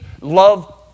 love